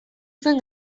zen